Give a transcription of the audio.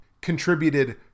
contributed